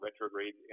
retrograde